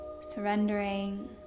surrendering